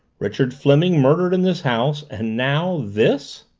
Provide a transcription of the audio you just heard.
richard fleming murdered in this house and now this!